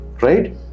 right